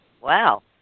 Wow